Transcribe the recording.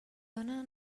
dóna